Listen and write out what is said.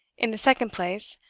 in the second place,